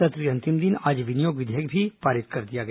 सत्र के अंतिम दिन आज विनियोग विधेयक भी पारित कर दिया गया